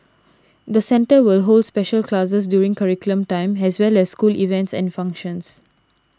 the centre will hold special classes during curriculum time as well as school events and functions